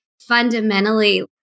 fundamentally